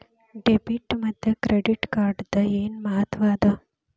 Debit ಮತ್ತ credit ಕಾರ್ಡದ್ ಏನ್ ಮಹತ್ವ ಅದ?